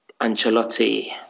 Ancelotti